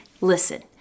Listen